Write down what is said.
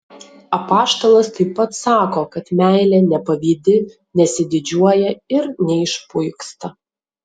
apaštalas taip pat sako kad meilė nepavydi nesididžiuoja ir neišpuiksta